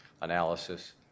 analysis